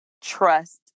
trust